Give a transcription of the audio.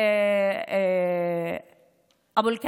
(אומרת